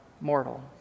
mortal